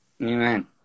Amen